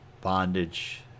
bondage